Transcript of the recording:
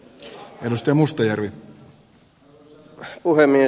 arvoisa puhemies